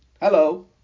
Hello